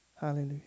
Hallelujah